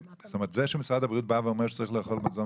שזה שמשרד הבריאות בא ואומר שצריך לאכול מזון